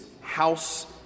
house